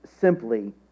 simply